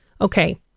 Okay